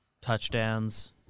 touchdowns